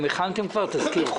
הכנתם כבר תסקיר חוק?